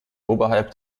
oberhalb